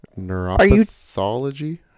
Neuropathology